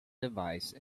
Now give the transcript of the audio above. device